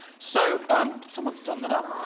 so someone's done that up.